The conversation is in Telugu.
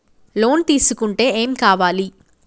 లోన్ తీసుకుంటే ఏం కావాలి?